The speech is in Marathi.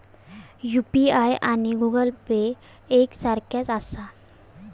यू.पी.आय आणि गूगल पे एक सारख्याच आसा?